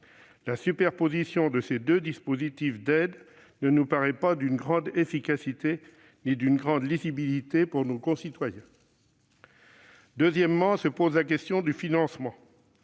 La superposition de ces deux dispositifs d'aide ne nous paraît ni d'une grande efficacité ni d'une grande lisibilité pour nos concitoyens. Deuxièmement, se pose la question du financement.